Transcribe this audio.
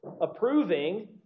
approving